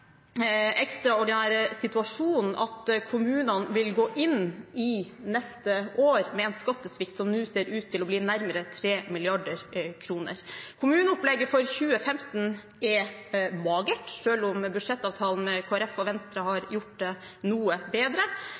ekstraordinære situasjonen at kommunene vil gå inn i neste år med en skattesvikt som ser ut til å bli nærmere 3 mrd. kr. Kommuneopplegget for 2015 er magert, selv om budsjettavtalen med Kristelig Folkeparti og Venstre har gjort det noe bedre,